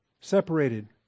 separated